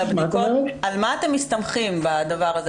על מה אתם מסתמכים בדבר הזה,